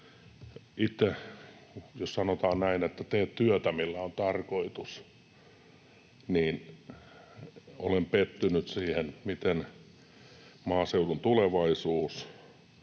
Jos sanotaan, että ”tee työtä, jolla on tarkoitus”, niin olen pettynyt siihen, miten Maaseudun Tulevaisuus